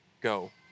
go